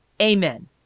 amen